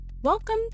Welcome